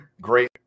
great